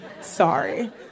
sorry